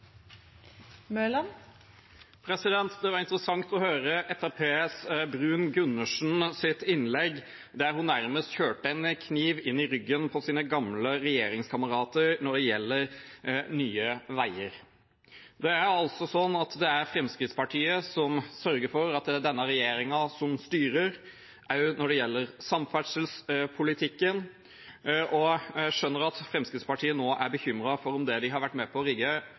Det var interessant å høre Fremskrittspartiets Bruun-Gundersens innlegg, der hun nærmest kjørte en kniv inn i ryggen på sine gamle regjeringskamerater når det gjelder Nye Veier. Det er altså Fremskrittspartiet som sørger for at denne regjeringen styrer, også når det gjelder samferdselspolitikken. Jeg skjønner at Fremskrittspartiet nå er bekymret for om det de har vært med på å rigge,